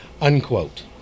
unquote